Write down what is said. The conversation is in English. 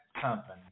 company